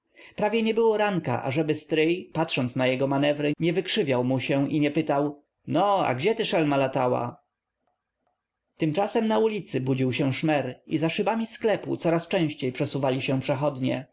prawie nie było ranka ażeby stryj patrząc na jego manewry nie wykrzywiał mu się i nie pytał no a gdzie ty szelma latala tymczasem na ulicy budził się szmer i za szybami sklepu coraz częściej przesuwali się przechodnie